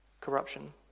corruption